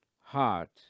heart